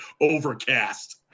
overcast